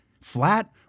flat